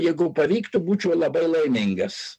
jeigu pavyktų būčiau labai laimingas